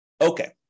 Okay